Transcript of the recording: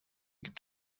gibt